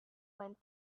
went